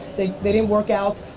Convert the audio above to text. they they didn't work out.